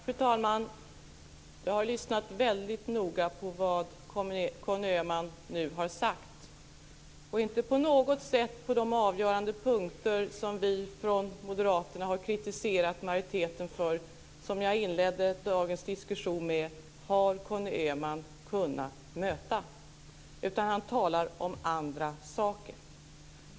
Fru talman! Jag har lyssnat noga på vad Conny Öhman har sagt. Inte på något sätt på de avgörande punkter där vi moderater har kritiserat majoriteten, som jag inledde dagens diskussion med, har Conny Öhman bemött mig. Han talar om andra saker.